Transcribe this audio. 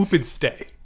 stay